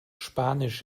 spanisch